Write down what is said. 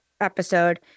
episode